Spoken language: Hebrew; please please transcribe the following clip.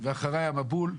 ואחריי המבול.